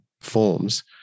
forms